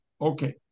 Okay